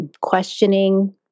questioning